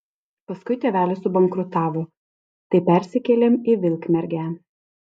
paskui tėvelis subankrutavo tai persikėlėm į vilkmergę